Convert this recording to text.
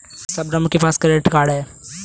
शबनम के पास credit card है